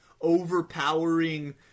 overpowering